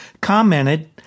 commented